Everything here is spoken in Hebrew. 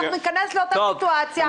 אנחנו ניכנס לאותה סיטואציה,